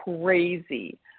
crazy